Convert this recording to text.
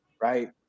right